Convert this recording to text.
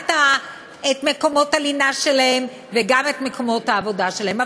מקומות לינה משלהם וגם מקומות עבודה משלהם.